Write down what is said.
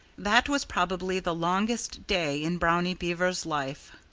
that was probably the longest day in brownie beaver's life.